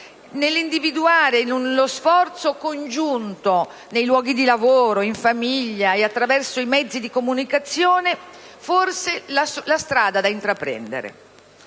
nell'individuare nello sforzo congiunto nei luoghi di lavoro, in famiglia e attraverso i mezzi di comunicazione forse la strada da intraprendere.